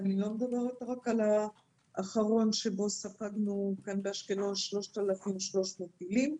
ואני לא מדברת רק על האחרון שבו ספגנו כאן באשקלון 3,300 טילים,